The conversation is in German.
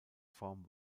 form